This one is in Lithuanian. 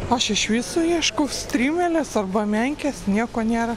aš iš viso ieškau strimelės arba menkės nieko nėra